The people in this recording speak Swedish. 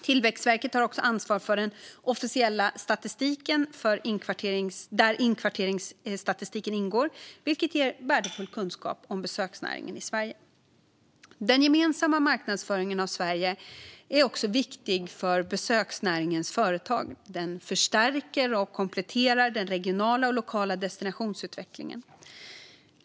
Tillväxtverket har också ansvar för den officiella statistiken, där inkvarteringsstatistiken ingår, vilket ger värdefull kunskap om besöksnäringen i Sverige. Den gemensamma marknadsföringen av Sverige är också viktig för besöksnäringens företag. Den förstärker och kompletterar den regionala och lokala destinationsutvecklingen.